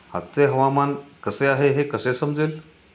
आजचे हवामान कसे आहे हे कसे समजेल?